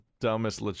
dumbest